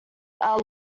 are